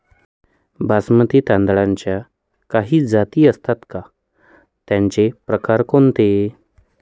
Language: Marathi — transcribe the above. बासमती तांदळाच्या काही जाती असतात का, त्याचे प्रकार कोणते?